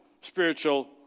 spiritual